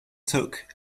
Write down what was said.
took